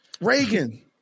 Reagan